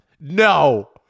No